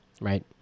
Right